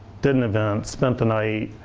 did an event, spent the night.